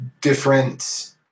different